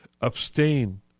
Abstain